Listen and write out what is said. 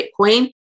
Bitcoin